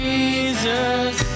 Jesus